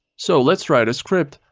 so let's write a script.